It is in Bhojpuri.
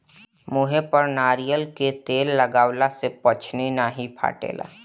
मुहे पर नारियल कअ तेल लगवला से पछ्नी नाइ फाटेला